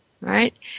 Right